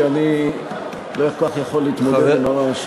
כי אני לא כל כך יכול להתמודד עם הרעש.